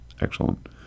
excellent